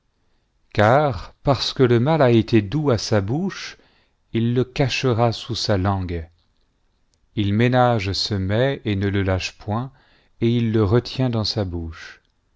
car parce que le mal a été doux à sa bouche il le cachera sous sa langue il ne le lâche point et il le retient dans sa bouche